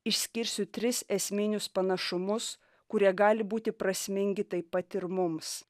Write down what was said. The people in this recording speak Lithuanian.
išskirsiu tris esminius panašumus kurie gali būti prasmingi taip pat ir mums